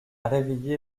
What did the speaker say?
réveillé